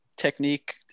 technique